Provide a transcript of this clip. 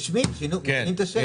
רשמית משנים את השם.